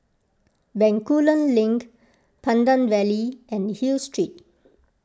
Bencoolen Link Pandan Valley and Hill Street